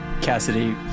Cassidy